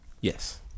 Yes